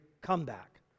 comeback